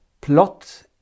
plot